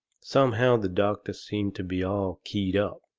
somehow the doctor seemed to be all keyed up,